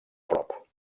prop